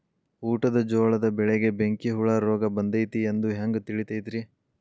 ಊಟದ ಜೋಳದ ಬೆಳೆಗೆ ಬೆಂಕಿ ಹುಳ ರೋಗ ಬಂದೈತಿ ಎಂದು ಹ್ಯಾಂಗ ತಿಳಿತೈತರೇ?